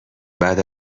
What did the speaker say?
بعد